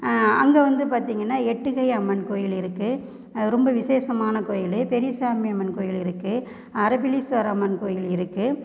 அங்கே வந்து பார்த்திங்கன்னா எட்டு கை அம்மன் கோயில் இருக்குது ரொம்ப விஷேசமான கோயில் பெரிய சாமி அம்மன் கோயில் இருக்குது அறப்பளீஸ்வரர் அம்மன் கோயில் இருக்குது